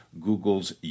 Google's